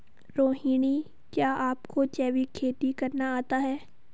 रोहिणी, क्या आपको जैविक खेती करना आता है?